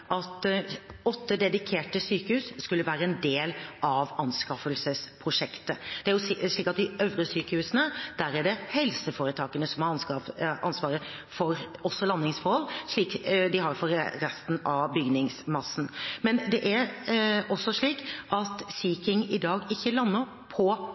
at åtte dedikerte sykehus skulle være en del av anskaffelsesprosjektet. Ved de øvrige sykehusene er det helseforetakene som har ansvaret også for landingsforhold, slik de har for resten av bygningsmassen. Det er også slik i dag at helikoptrene ikke lander på